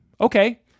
okay